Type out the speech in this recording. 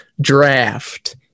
draft